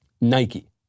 Nike